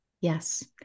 Yes